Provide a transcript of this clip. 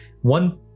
One